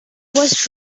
was